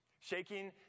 shaking